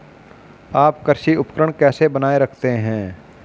आप कृषि उपकरण कैसे बनाए रखते हैं?